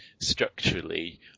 structurally